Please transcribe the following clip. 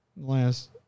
last